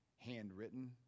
handwritten